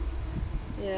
ya~